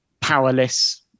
powerless